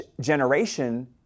generation